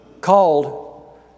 called